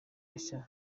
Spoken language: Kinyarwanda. mashya